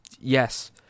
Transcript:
Yes